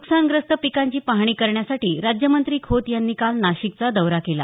नुकसानग्रस्त पिकांची पाहणी करण्यासाठी राज्यमंत्री खोत यांनी काल नाशिकचा दौरा केला